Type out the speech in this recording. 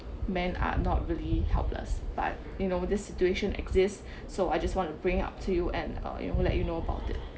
men are not really helpless but you know this situation exists so I just want to bring up to you and uh you know like you know about it